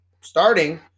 starting